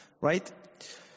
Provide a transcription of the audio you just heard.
right